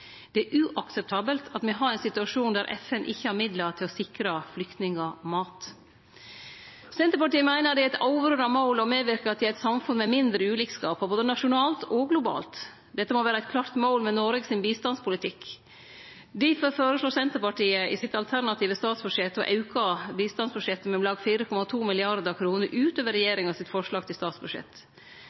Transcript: Det er uakseptabelt at me har ein situasjon der FN ikkje har midlar til å sikre flyktningar mat. Senterpartiet meiner det er eit overordna mål å medverke til eit samfunn med mindre ulikskap, både nasjonalt og globalt. Dette må vere eit klart mål med Noreg sin bistandspolitikk. Difor føreslår Senterpartiet i sitt alternative statsbudsjett å auke bistandsbudsjettet med om lag 4,2 mrd. kr utover regjeringa sitt forslag til statsbudsjett.